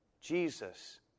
Jesus